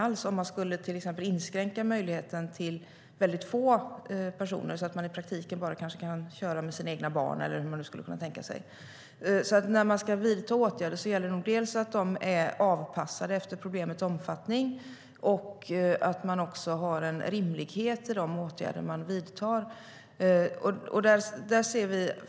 Så skulle det kunna bli om vi inskränker det till att man får handleda endast några få personer och i praktiken bara kan köra med sina egna barn eller så. När vi ska vidta åtgärder gäller det alltså att de är avpassade efter problemets omfattning och att det också finns en rimlighet i de åtgärder vi vidtar.